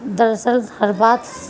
دراصل ہر بات